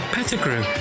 Pettigrew